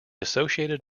associated